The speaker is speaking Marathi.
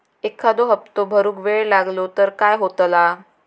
एखादो हप्तो भरुक वेळ लागलो तर काय होतला?